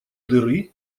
дыры